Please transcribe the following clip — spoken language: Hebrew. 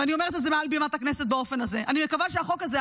ואני אומרת את זה מעל בימת הכנסת באופן הזה: אני מקווה שהחוק הזה,